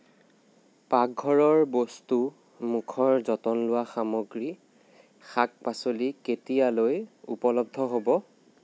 পাকঘৰৰ বস্তু মুখৰ যতন লোৱা সামগ্ৰী শাক পাচলি কেতিয়ালৈ উপলব্ধ হ'ব